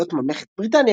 "תולדות ממלכת בריטניה",